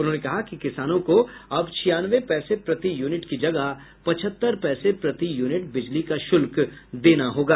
उन्होंने कहा कि किसानों को अब छियानवे पैसे प्रति यूनिट की जगह पचहत्तर पैसे प्रति यूनिट बिजली का शुल्क देना होगा